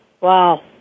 wow